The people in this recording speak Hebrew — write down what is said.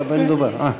כן.